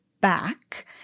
back